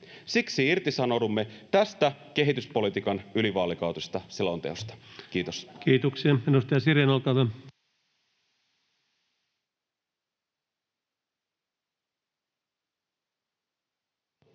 Siksi irtisanoudumme tästä kehityspolitiikan ylivaalikautisesta selonteosta. — Kiitos. Kiitoksia.